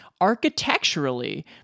architecturally